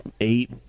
eight